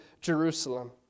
Jerusalem